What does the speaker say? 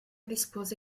rispose